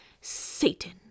Satan